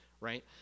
right